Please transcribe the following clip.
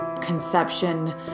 conception